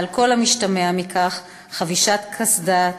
על כל המשתמע מכך: חבישת קסדה,